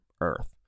earth